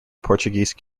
portuguese